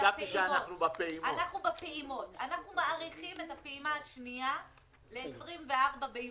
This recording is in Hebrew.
אנחנו מאריכים את הפעימה השנייה ל-24 ביולי,